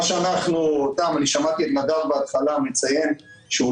אני שמעתי את נדב בהתחלה מציין שזה